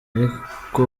ariko